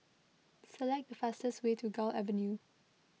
select the fastest way to Gul Avenue